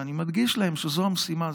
ואני מדגיש להם שזו המשימה,